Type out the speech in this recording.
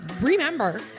remember